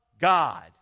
God